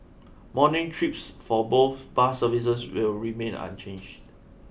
morning trips for both bus services will remain unchanged